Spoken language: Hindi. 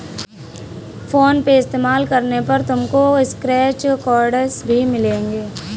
फोन पे इस्तेमाल करने पर तुमको स्क्रैच कार्ड्स भी मिलेंगे